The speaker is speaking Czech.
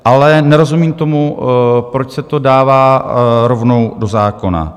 Ale nerozumím tomu, proč se to dává rovnou do zákona.